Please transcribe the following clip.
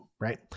right